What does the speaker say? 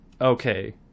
okay